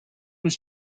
his